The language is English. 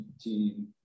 team